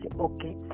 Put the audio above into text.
okay